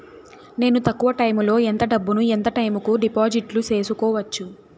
నేను తక్కువ టైములో ఎంత డబ్బును ఎంత టైము కు డిపాజిట్లు సేసుకోవచ్చు?